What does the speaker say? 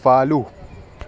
follow